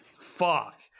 fuck